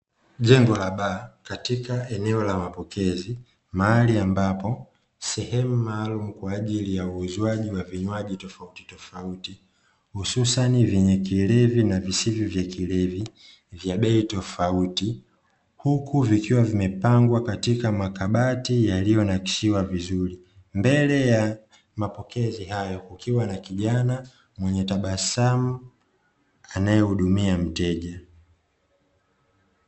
Jengo la baa katika eneo la mapokezi mahali ambapo sehemu maalumu kwa ajili ya uuzwaji wa vinywaji tofauti tofauti hususani vyenye kilevi na visivyo na kilevi vya bei tofauti, huku vikiwa vimepangwa katika makabati yaliyo nakshiwa vizuri. Mbele ya mapokezi hayo kukiwa na kijana mwenye tabasamu anae hudumia mteja.